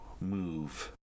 move